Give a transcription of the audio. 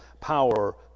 power